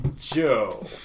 Joe